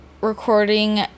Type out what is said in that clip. recording